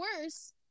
worse